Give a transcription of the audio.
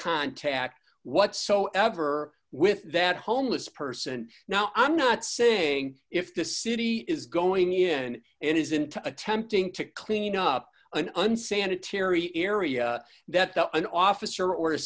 contact whatsoever with that homeless person now i'm not saying if the city is going in and isn't attempting to clean up an unsanitary area that the an officer or a